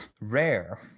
rare